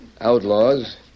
Outlaws